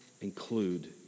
include